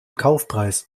kaufpreis